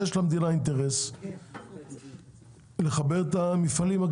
יש למדינה אינטרס לחבר את המפעלים,